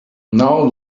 now